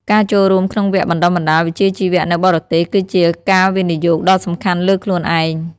ការចូលរួមក្នុងវគ្គបណ្ដុះបណ្ដាលវិជ្ជាជីវៈនៅបរទេស គឺជាការវិនិយោគដ៏សំខាន់លើខ្លួនឯង។